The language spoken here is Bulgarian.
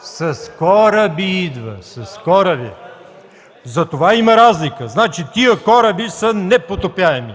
С кораби идва! С кораби! Затова има разлика. Значи тези кораби са непотопяеми!